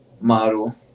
Model